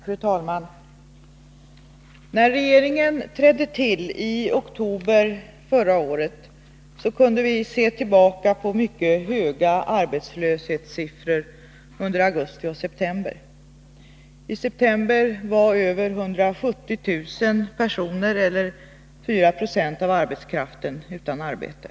Fru talman! När regeringen trädde till i oktober förra året var arbetslöshetssiffrorna mycket höga för augusti och september. I september var över 170 000 personer, eller 4 96 av arbetskraften, utan arbete.